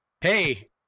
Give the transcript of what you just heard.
hey